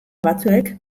batzuek